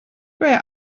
where